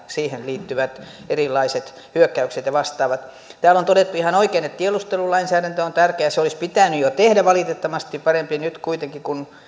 siihen liittyvät erilaiset hyökkäykset ja vastaavat täällä on todettu ihan oikein että tiedustelulainsäädäntö on tärkeä se olisi pitänyt jo tehdä valitettavasti parempi kuitenkin kun nyt